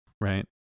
Right